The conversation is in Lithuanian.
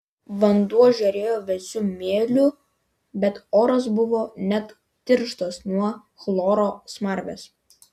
vanduo žėrėjo vėsiu mėliu bet oras buvo net tirštas nuo chloro smarvės